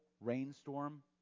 rainstorm